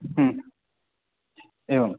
एवम्